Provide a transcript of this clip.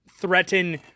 threaten